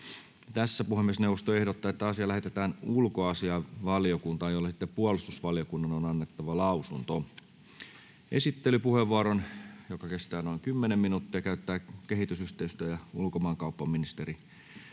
asia. Puhemiesneuvosto ehdottaa, että asia lähetetään ulkoasiainvaliokuntaan, jolle puolustusvaliokunnan on annettava lausunto. Esittelypuheenvuoron, joka kestää noin kymmenen minuuttia, käyttää kehitysyhteistyö- ja ulkomaankauppaministeri